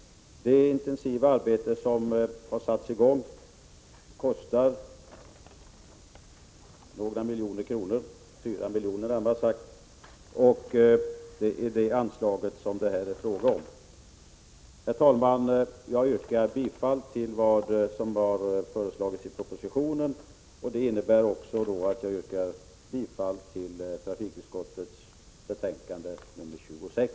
Det intensiva arbete som har satts i gång kostar 4 milj.kr., och det är detta anslag det nu gäller. Herr talman! Jag yrkar bifall till propositionens förslag, innebärande bifall till trafikutskottets hemställan i betänkande 26.